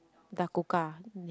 Dakota ya